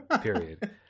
Period